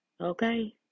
Okay